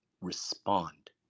respond